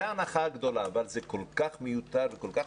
זו הנחה גדולה אבל זה כל כך מיותר וכל כך